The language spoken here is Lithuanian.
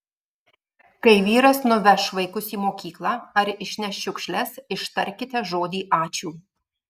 kai vyras nuveš vaikus į mokyklą ar išneš šiukšles ištarkite žodį ačiū